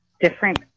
different